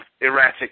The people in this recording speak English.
erratic